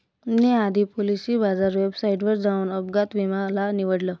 मी आधी पॉलिसी बाजार वेबसाईटवर जाऊन अपघात विमा ला निवडलं